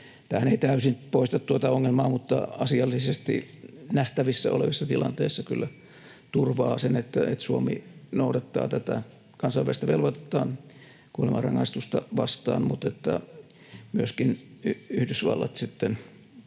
Tämähän ei täysin poista tuota ongelmaa mutta asiallisesti nähtävissä olevissa tilanteissa kyllä turvaa sen, että Suomi noudattaa kansainvälistä velvoitettaan kuolemanrangaistusta vastaan mutta että myöskin Yhdysvallat voi